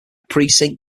precinct